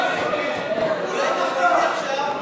באמצע ההצבעה.